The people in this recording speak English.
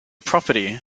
property